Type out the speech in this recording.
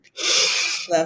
Love